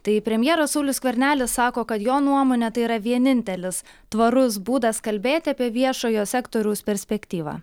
tai premjeras saulius skvernelis sako kad jo nuomone tai yra vienintelis tvarus būdas kalbėti apie viešojo sektoriaus perspektyvą